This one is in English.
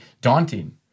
daunting